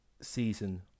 season